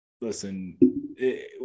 listen –